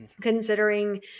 considering